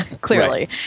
clearly